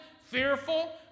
fearful